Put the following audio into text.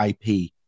IP